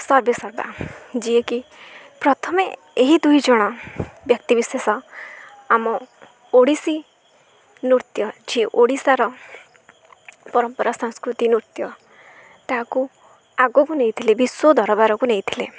ସର୍ବେ ସର୍ବା ଯିଏକି ପ୍ରଥମେ ଏହି ଦୁଇଜଣ ବ୍ୟକ୍ତି ବିିଶେଷ ଆମ ଓଡ଼ିଶୀ ନୃତ୍ୟ ଯିଏ ଓଡ଼ିଶାର ପରମ୍ପରା ସଂସ୍କୃତି ନୃତ୍ୟ ତାହାକୁ ଆଗକୁ ନେଇଥିଲେ ବିଶ୍ଵ ଦରବାରକୁ ନେଇଥିଲେ